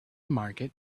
market